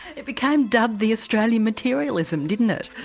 it became dubbed the australian materialism didn't it.